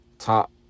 Top